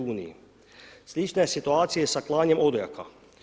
Slična je situacija i sa klanjem odojaka.